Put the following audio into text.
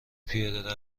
پیاده